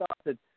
started